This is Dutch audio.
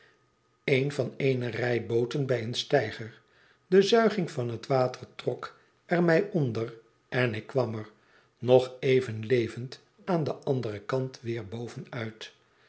een van eene rij booten bij een steiger de zuiging van he water trok er mij onder en ik kwam er nog even levend aan den anderen kant weer boven